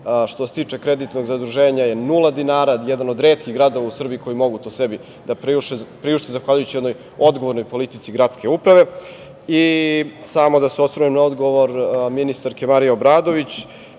što se tiče kreditnog zaduženja je nula dinara, je jedan od retkih gradova u Srbiji koji može to sebi da priušti, zahvaljujući jednoj odgovornoj politici gradske uprave. Samo da se osvrnem na odgovor ministarke Marije Obradović.